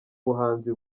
buhanzi